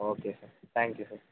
okay sir thank you sir